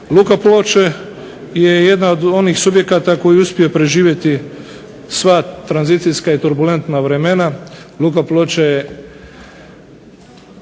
Luka Ploče je jedan od onih subjekata koji je uspio preživjeti sva tranzicijska i turbulentna vremena